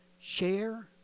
Share